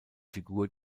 figur